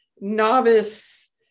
novice